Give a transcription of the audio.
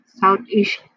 Southeast